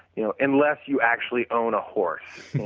you know unless you actually own a horse.